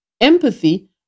Empathy